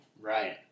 right